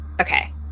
Okay